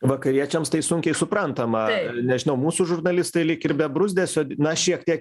vakariečiams tai sunkiai suprantama nežinau mūsų žurnalistai lyg ir be bruzdesio na šiek tiek